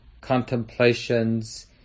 contemplations